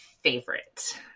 favorite